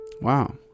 Wow